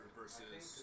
versus